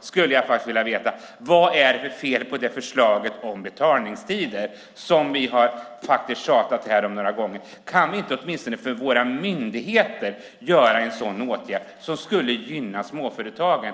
skulle jag vilja veta: Vad är det för fel på det förslag om betalningstider som vi har tjatat om här några gånger? Kan vi inte åtminstone för våra myndigheter göra en sådan åtgärd som skulle gynna småföretagen?